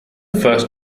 first